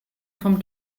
vom